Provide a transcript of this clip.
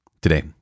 Today